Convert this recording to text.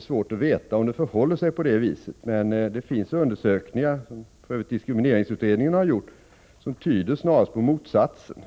svårt att veta om det förhåller sig på det viset. Men diskrimineringsutredningen har gjort undersökningar som snarast tyder på motsatsen.